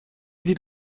sieht